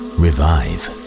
revive